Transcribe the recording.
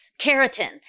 keratin